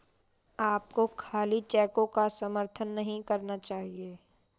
आपको खाली चेकों का समर्थन नहीं करना चाहिए